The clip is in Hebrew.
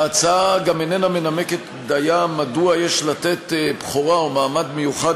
ההצעה גם אינה מנמקת דייה מדוע יש לתת בכורה או מעמד מיוחד